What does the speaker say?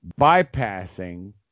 bypassing